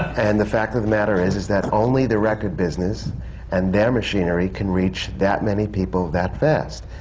and the fact of the matter is is that only the record business and their machinery can reach that many people that fast.